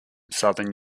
southern